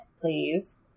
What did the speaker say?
please